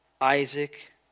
Isaac